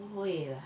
不会 lah